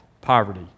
poverty